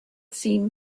seen